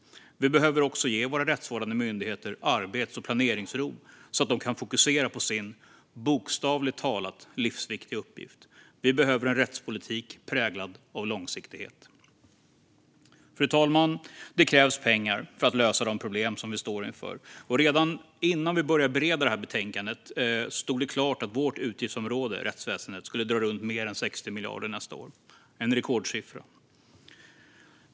Vi behöver också ge våra rättsvårdande myndigheter arbets och planeringsro så att de kan fokusera på sin, bokstavligt talat, livsviktiga uppgift. Vi behöver en rättspolitik präglad av långsiktighet. Fru talman! Det krävs pengar för att lösa de problem som vi står inför. Redan innan vi började bereda detta betänkande stod det klart att vårt utgiftsområde, rättsväsendet, skulle dra runt mer än 60 miljarder nästa år - en rekordsiffra.